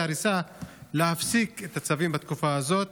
הריסה להפסיק את הצווים בתקופה הזאת.